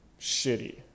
shitty